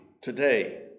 today